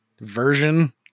version